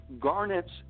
garnets